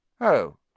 Oh